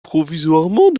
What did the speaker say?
provisoirement